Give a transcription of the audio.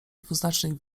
dwuznacznych